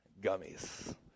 gummies